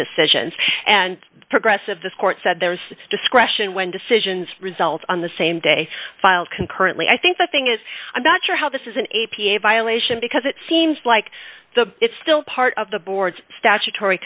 decisions and the progress of this court said there is discretion when decisions result on the same day filed concurrently i think the thing is i'm not sure how this is an a p a violation because it seems like the it's still part of the board's statutory